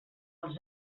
els